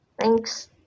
Thanks